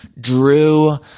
Drew